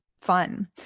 fun